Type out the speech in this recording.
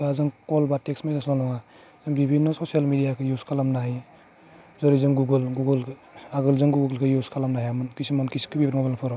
जों कल बा टेक्स्त मेसेजल' नङा जों बिभिन्न' ससियेल मेडियाखौ इउस खालामनो हायो जेरै जों गुगोल आगोल जों गुगोलखौ इउस खालामनो हायामोन किसुमान मबाइलफोराव